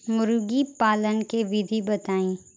मुर्गीपालन के विधी बताई?